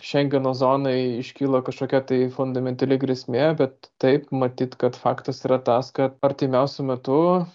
šengeno zonai iškyla kažkokia tai fundamentali grėsmė bet taip matyt kad faktas yra tas kad artimiausiu metu